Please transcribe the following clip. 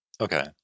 Okay